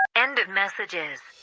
end of messages